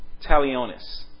talionis